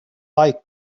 like